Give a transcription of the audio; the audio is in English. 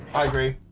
i agree.